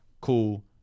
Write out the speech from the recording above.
Cool